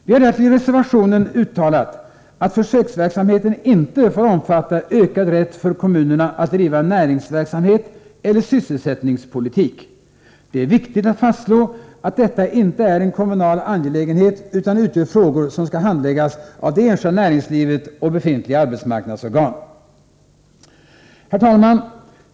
Vi har därtill i reservationen uttalat att försöksverksamheten inte får omfatta ökad rätt för kommunerna att driva näringsverksamhet eller sysselsättningspolitik. Det är viktigt att fastslå att detta inte är en kommunal angelägenhet utan gäller frågor som skall handläggas av det enskilda näringslivet och befintliga arbetsmarknadsorgan. Herr talman!